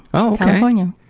oh yeah